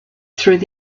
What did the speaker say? through